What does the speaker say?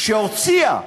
שהיא הוציאה,